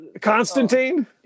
Constantine